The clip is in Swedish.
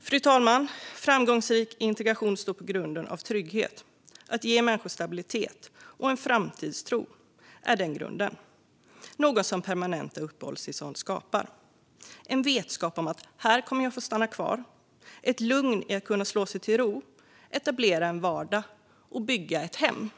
Fru talman! Framgångsrik integration står på en grund av trygghet. Att ge människor stabilitet och en framtidstro är den grunden - något som permanenta uppehållstillstånd skapar. Det blir en vetskap om att här kommer jag att få stanna kvar och ett lugn i att kunna slå sig till ro, etablera en vardag och bygga ett hem.